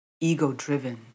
ego-driven